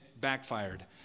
backfired